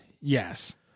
Yes